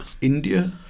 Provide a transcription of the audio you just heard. India